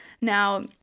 Now